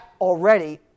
already